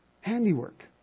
handiwork